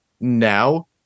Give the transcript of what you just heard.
now